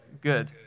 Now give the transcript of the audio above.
Good